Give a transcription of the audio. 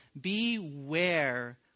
beware